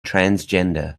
transgender